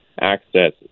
access